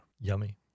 Yummy